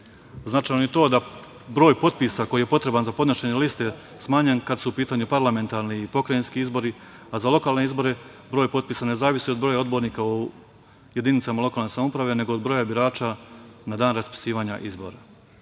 Značajno je i to da je broj potpisa koji je potreban za podnošenje liste smanjen kad su u pitanju parlamentarni i pokrajinski izbori, a za lokalne izbore broj potpisa ne zavisi od broja odbornika u jedinicama lokalne samouprave, nego od broja birača na dan raspisivanja izbora. Takođe,